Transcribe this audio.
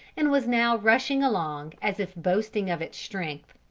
and was now rushing along as if boasting of its strength.